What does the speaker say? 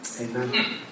Amen